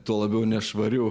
tuo labiau nešvariu